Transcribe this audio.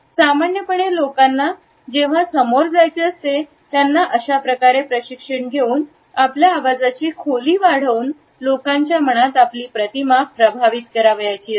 सामान्यपणे लोकांना जेव्हा समोर जायचे असते त्यांना अशा प्रकारे प्रशिक्षण घेऊन आपल्या आवाजाची खोली वाढवून लोकांच्या मनात आपली प्रतिमा प्रभावित करावयाची असते